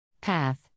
Path